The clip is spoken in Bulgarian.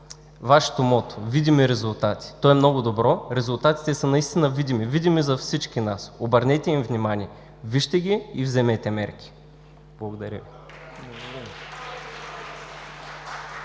Вашето мото – „Видими резултати“. То е много добро. Резултатите наистина са видими, видими за всички нас! Обърнете им внимание. Вижте ги и вземете мерки! Благодаря.